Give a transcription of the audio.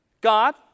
God